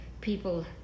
people